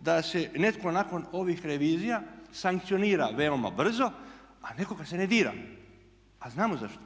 da se netko nakon ovih revizija sankcionira veoma brzo, a nekoga se ne dira. A znamo zašto.